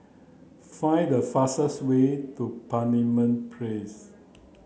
find the fastest way to Parliament Place